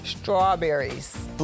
Strawberries